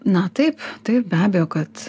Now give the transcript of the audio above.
na taip taip be abejo kad